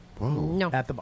No